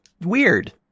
weird